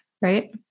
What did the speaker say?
Right